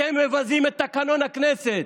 אתם מבזים את תקנון הכנסת.